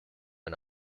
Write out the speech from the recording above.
and